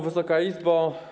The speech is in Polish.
Wysoka Izbo!